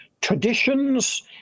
traditions